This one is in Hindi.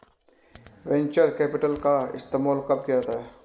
वेन्चर कैपिटल का इस्तेमाल कब किया जाता है?